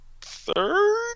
third